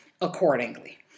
accordingly